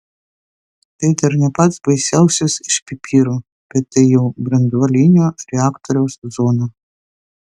tai dar ne pats baisiausias iš pipirų bet tai jau branduolinio reaktoriaus zona